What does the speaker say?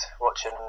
watching